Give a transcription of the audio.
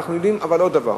אנחנו מאמינים בעוד דבר,